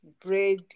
Bread